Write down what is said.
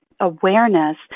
awareness